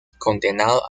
condenado